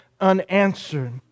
unanswered